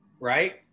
Right